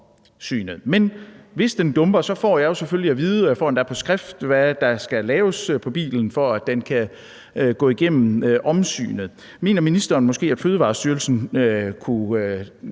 Men hvis den dumper, får jeg jo selvfølgelig at vide, og jeg får det endda på skrift, hvad der skal laves på bilen, for at den kan gå igennem omsynet. Mener ministeren, at Fødevarestyrelsen måske